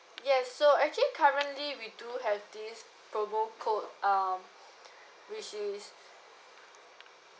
yes so actually currently we do have this promo code um which is